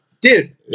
Dude